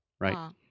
right